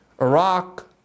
Iraq